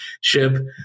ship